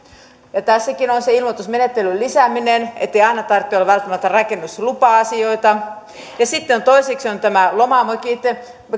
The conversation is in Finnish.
tässäkin on se ilmoitusmenettelyn lisääminen ettei aina tarvitse olla välttämättä rakennuslupa asioita sitten toiseksi on nämä lomamökit